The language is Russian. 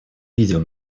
видел